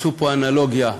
עשו פה אנלוגיה והשוואה: